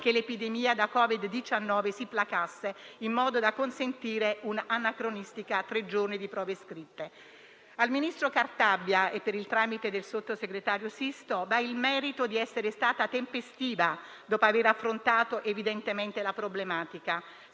che l'epidemia da Covid-19 si placasse, in modo da consentire una anacronistica "tre giorni" di prove scritte. Al ministro Cartabia, per il tramite del sottosegretario Sisto, va il merito di essere stata tempestiva. Dopo aver affrontato, evidentemente, la problematica,